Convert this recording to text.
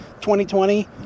2020